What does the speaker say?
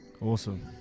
awesome